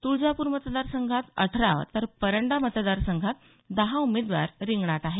तुळजापूर मतदार संघात अठरा तर परंडा मतदारसंघात दहा उमेदवार रिंगणात आहेत